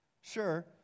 Sure